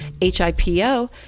HIPO